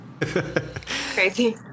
Crazy